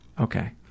okay